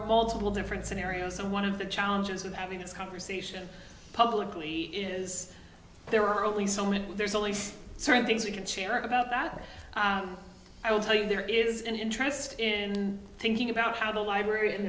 multiple different scenarios and one of the challenges of having this conversation publicly is there are only so many there's only certain things we can share about that i'll tell you there is an interest in thinking about how the library